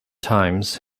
times